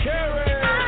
Carry